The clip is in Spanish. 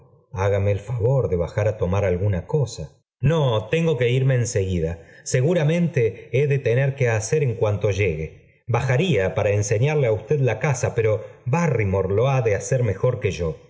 hágame el favor de bajar á tomar alguna cosa no tengo que irme en seguida seguramen te he de tener que hacer en cuanto llegue bajaría e ara enseñarle é usted la casa pero barrymore lo a de hacer mejor que yo